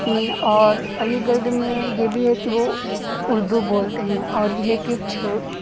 ای اور علی گڑھ میں یہ بھی ہے کہ وہ اردو بولتے ہیں اور یہ ہے کہ چھو